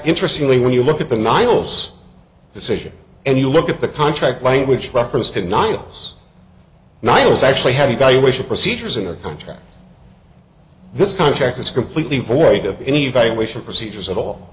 interestingly when you look at the niles decision and you look at the contract language reference to niles niall's actually have evaluation procedures in a contract this contract is completely void of any evacuation procedures at all